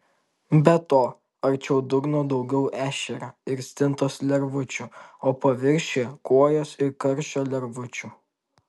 be to arčiau dugno daugiau ešerio ir stintos lervučių o paviršiuje kuojos ir karšio lervučių